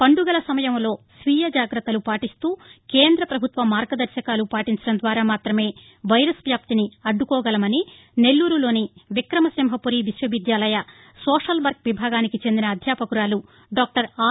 పండుగల సమయంలో స్వీయ జాగ్రత్తలు పాటిస్తూ కేంద్ర పభుత్వ మార్గదర్శకాలు పాటించడం ద్వారా మాత్రమే వైరస్ వ్యాప్తిని అడ్టుకోగలమని నెల్లూరులోని విక్రమ సింహపురి విశ్వవిద్యాలయ సోషల్ వర్క్ విభాగానికి చెందిన అధ్యాపకురాలు డాక్లర్ ఆర్